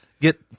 get